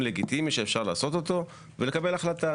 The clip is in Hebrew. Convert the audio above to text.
לגיטימי שאפשר לעשות אותו ולקבל החלטה,